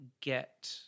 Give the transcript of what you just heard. get